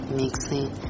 mixing